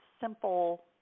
simple